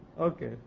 Okay